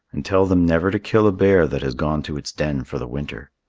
and tell them never to kill a bear that has gone to its den for the winter.